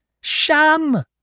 Sham